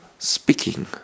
Speaking